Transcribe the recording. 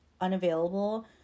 unavailable